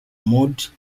mott